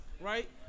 right